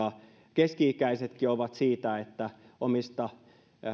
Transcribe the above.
keski ikäisetkin ovat siitä että omista